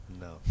No